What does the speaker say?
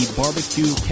barbecue